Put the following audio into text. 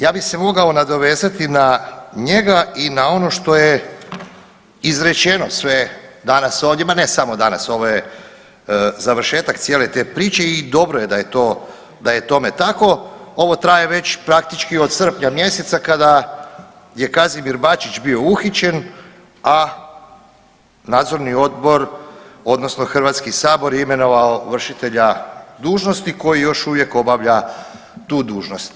Ja bi se mogao nadovezati na njega i na ono što je izrečeno danas ovdje, ma ne samo danas ovo je završetak cijele te priče i dobro je da je tome tako, ovo traje praktički od srpnja mjeseca kada je Kazimir Bačić bio uhićen, a nadzorni odbor odnosno HS imenovao vršitelja dužnosti koji još uvijek obavlja tu dužnost.